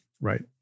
Right